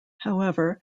however